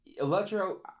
Electro